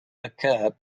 occur